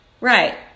right